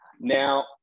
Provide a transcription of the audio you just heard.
now